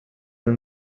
will